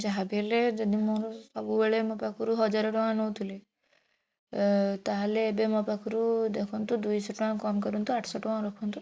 ଯାହା ବି ହେଲେ ଯଦି ମୋର ସବୁବେଳେ ମୋ ପାଖରୁ ହଜାର ଟଙ୍କା ନେଉଥିଲେ ତା'ହେଲେ ଏବେ ମୋ ପାଖରୁ ଦେଖନ୍ତୁ ଦୁଇଶହ ଟଙ୍କା କମ କରନ୍ତୁ ଆଠଶହ ଟଙ୍କା ରଖନ୍ତୁ